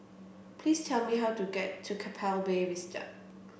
please tell me how to get to Keppel Bay Vista